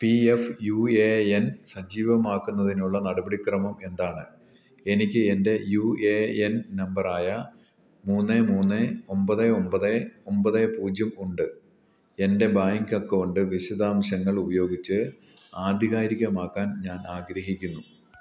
P F U A N സജീവമാക്കുന്നതിനുള്ള നടപടിക്രമമെന്താണ് എനിക്കെൻ്റെ യു എ എൻ നമ്പറായ മൂന്ന് മൂന്ന് ഒമ്പത് ഒമ്പത് ഒമ്പത് പൂജ്യമുണ്ട് എൻ്റെ ബാങ്ക് അക്കൗണ്ട് വിശദാംശങ്ങൾ ഉപയോഗിച്ച് ആധികാരികമാക്കാൻ ഞാനാഗ്രഹിക്കുന്നു